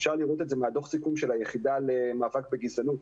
אפשר לראות את זה בדוח הסיכום של היחידה למאבק בגזענות,